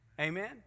Amen